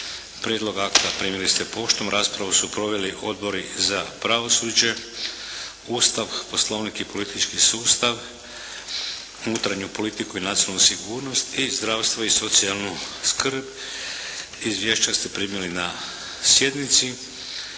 Prijedlog akta primili ste poštom. Raspravu su proveli Odbori za pravosuđe, Ustav, Poslovnik i politički sustav, unutarnju politiku i nacionalnu sigurnost i zdravstvo i socijalnu skrb. Izvješća ste primili na sjednici.